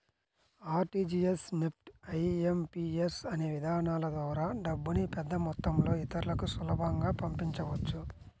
RTGS, NEFT, IMPS అనే విధానాల ద్వారా డబ్బుని పెద్దమొత్తంలో ఇతరులకి సులభంగా పంపించవచ్చు